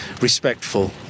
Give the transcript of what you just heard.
respectful